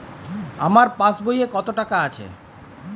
আমার পাসবই এ কত টাকা আছে?